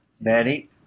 Betty